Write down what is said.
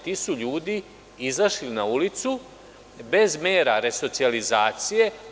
Ti su ljudi izašli na ulicu bez mera resocijalizacije.